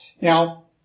Now